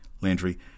Landry